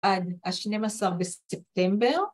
עד השנים עשר בספטמבר